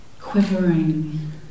quivering